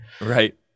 right